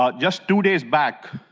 ah just two days back,